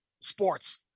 sports